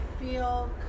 feel